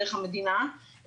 דרך המדינה,